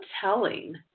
telling